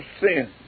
sin